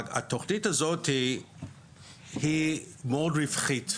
התוכנית הזאתי היא מאוד רווחית,